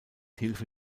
hilfe